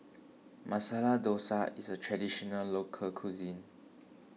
Masala Dosa is a Traditional Local Cuisine